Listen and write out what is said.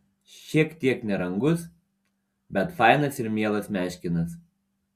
šiek tiek nerangus bet fainas ir mielas meškinas